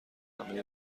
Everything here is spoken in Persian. همه